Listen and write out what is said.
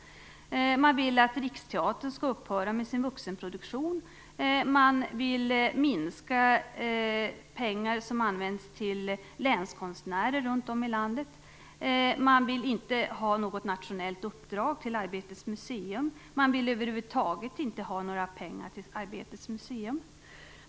De vill att Riksteatern skall upphöra med sin vuxenproduktion. De vill minska de pengar som används till länskonstnärer runt om i landet. De vill inte ha något nationellt uppdrag till Arbetets museum - de vill över huvud taget inte ha några pengar till Arbetets museum.